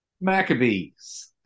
Maccabees